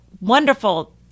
wonderful